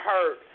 hurt